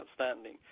outstanding